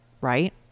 right